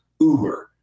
Uber